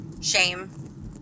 shame